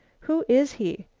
who is he?